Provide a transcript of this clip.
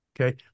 okay